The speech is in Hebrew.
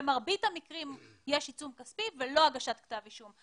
במרבית המקים יש עיצום כספי ולא הגשת כתב אישום.